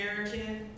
American